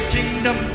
Kingdom